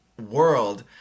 world